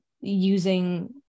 using